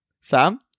Sam